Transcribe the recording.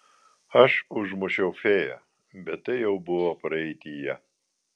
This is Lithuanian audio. aš užmušiau fėją bet tai jau buvo praeityje